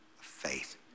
faith